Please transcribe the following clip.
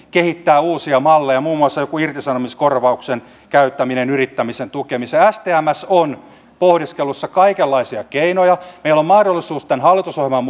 kehittää uusia malleja muun muassa joku irtisanomiskorvauksen käyttäminen yrittämisen tukemiseen stmssä on pohdiskelussa kaikenlaisia keinoja meillä on mahdollisuus tämän hallitusohjelman